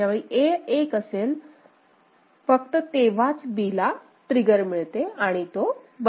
ज्यावेळी A एक असेल फक्त तेव्हाच B ला ट्रिगर मिळते आणि तो बदलतो